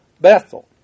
Bethel